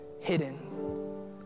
hidden